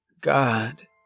God